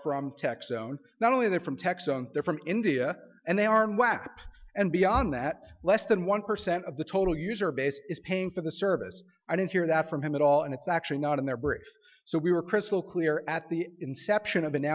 own not only that from texas they're from india and they are and beyond that less than one percent of the total user base is paying for the service i didn't hear that from him at all and it's actually not in their briefs so we were crystal clear at the inception of an